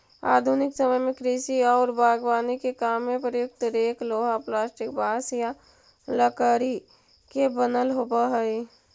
आधुनिक समय में कृषि औउर बागवानी के काम में प्रयुक्त रेक लोहा, प्लास्टिक, बाँस या लकड़ी के बनल होबऽ हई